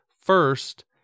first